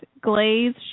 glaze